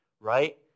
right